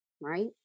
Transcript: right